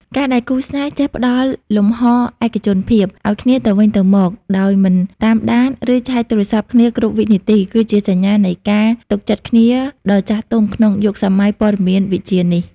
ការដែលគូស្នេហ៍ចេះផ្ដល់ «លំហឯកជនភាព» ឱ្យគ្នាទៅវិញទៅមកដោយមិនតាមដាន ឬឆែកទូរស័ព្ទគ្នាគ្រប់វិនាទី គឺជាសញ្ញានៃការទុកចិត្តគ្នាដ៏ចាស់ទុំក្នុងយុគសម័យព័ត៌មានវិទ្យានេះ។